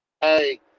hey